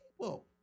people